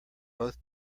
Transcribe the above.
both